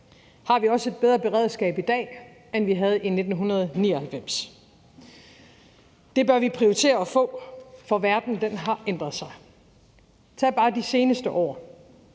har vi også et bedre beredskab i dag, end vi havde i 1999? Det bør vi prioritere at få, for verden har ændret sig. Tag bare et kig